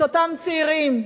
את אותם צעירים,